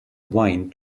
wine